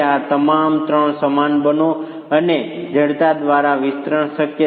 તે તમામ 3 માટે સમાન બનો અને તેથી જડતા દ્વારા વિતરણ સરળ છે